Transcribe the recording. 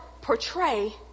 portray